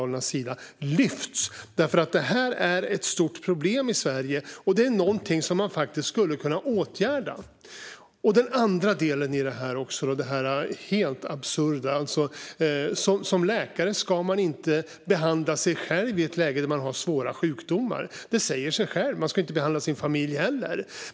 Detta är nämligen ett stort problem i Sverige, och det är något som man faktiskt skulle kunna åtgärda. Den andra delen i detta är helt absurd. Som läkare ska man inte behandla sig själv i ett läge där man har svåra sjukdomar. Det säger sig självt. Man ska inte behandla sin familj heller.